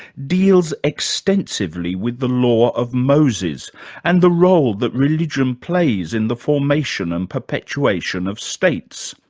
deals extensively with the law of moses and the role that religion plays in the formation and perpetuation of states.